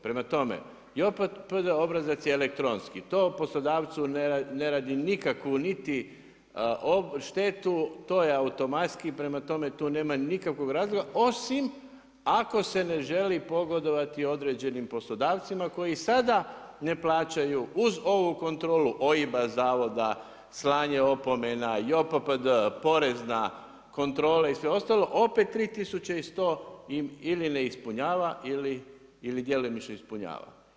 Prema tome, JOPPD obrazac je elektronski, to poslodavcu ne radi nikakvu niti štetu, to je automatski, prema tome tu nema nikakvog razloga, osim ako se ne želi pogodovati određenim poslodavcima koji sada ne plaćaju uz ovu kontrolu OIB-a zavoda, slanje opomena, JOPPD, porezna, kontrole i sve ostalo opet 3100 ili ne ispunjava ili djelomično ispunjava.